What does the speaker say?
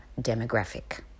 demographic